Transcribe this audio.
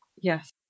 Yes